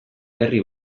herri